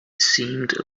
seemed